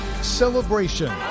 Celebration